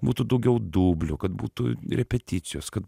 būtų daugiau dublių kad būtų repeticijos kad